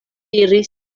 diris